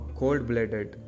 cold-blooded